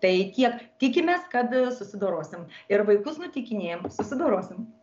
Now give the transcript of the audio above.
tai tiek tikimės kad susidorosim ir vaikus nuteikinėjam susidorosim